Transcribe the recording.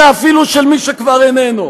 ואפילו של מי שכבר איננו.